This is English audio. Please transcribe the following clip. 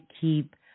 keep